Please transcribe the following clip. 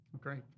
Great